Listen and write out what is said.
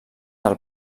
del